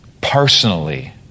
personally